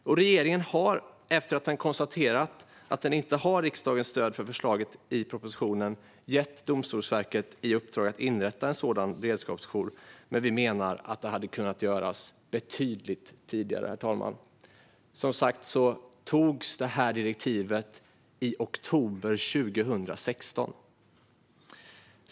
Regeringen har, efter att den konstaterat att den inte har riksdagens stöd för förslaget i propositionen, gett Domstolsverket i uppdrag att inrätta en sådan beredskapsjour. Men vi menar att det hade kunnat göras betydligt tidigare, herr talman. Detta direktiv antogs i oktober 2016.